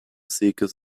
seekers